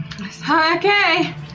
Okay